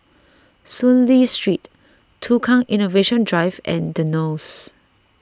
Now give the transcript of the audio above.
Soon Lee Street Tukang Innovation Drive and the Knolls